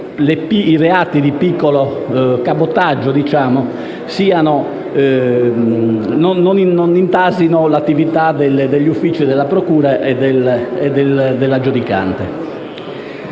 i reati di piccolo cabotaggio non intasino l'attività dei lavori degli uffici della procura e dell'aggiudicante.